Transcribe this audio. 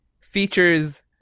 features